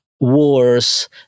wars